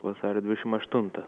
vasario dvidešimt aštuntą